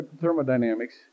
thermodynamics